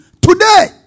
today